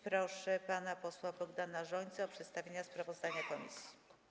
Proszę pana posła Bogdana Rzońcę o przedstawienie sprawozdania komisji.